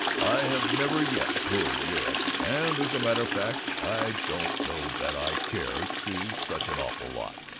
i have never yet toured europe and as a matter of fact, i don't know that i care to such an awful lot,